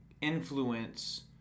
influence